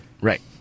Right